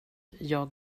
jag